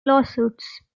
lawsuits